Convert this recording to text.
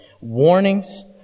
warnings